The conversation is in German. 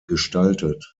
gestaltet